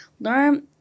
Learn